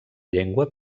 llengua